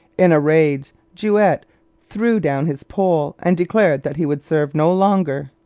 in a rage juet threw down his pole and declared that he would serve no longer.